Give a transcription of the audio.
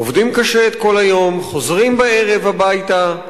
עובדים קשה כל היום, חוזרים בערב הביתה,